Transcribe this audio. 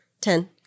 Ten